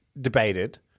debated